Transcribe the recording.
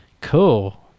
cool